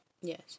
yes